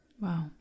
Wow